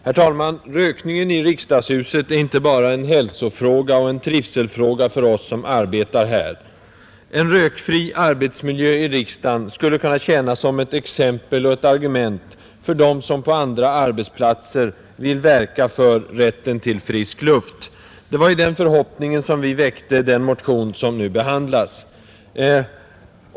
Herr talman! Rökningen i riksdagshuset är inte bara en hälsofråga och trivselfråga för oss som arbetar här. En rökfri arbetsmiljö i riksdagen skulle kunna tjäna som exempel och argument för dem som på andra arbetsplatser vill verka för rätten till frisk luft. Det var i den förhoppningen vi väckte den motion som nu behandlats.